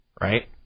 right